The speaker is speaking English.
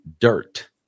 dirt